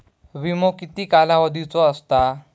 विमो किती कालावधीचो असता?